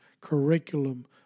curriculum